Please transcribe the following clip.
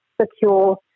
secure